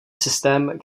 systém